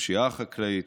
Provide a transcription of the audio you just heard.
הפשיעה החקלאית,